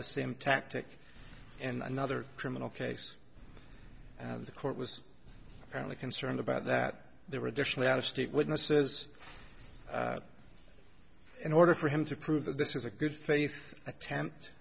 the same tactic and another criminal case the court was apparently concerned about that there were additionally out of state witnesses in order for him to prove that this is a good faith attempt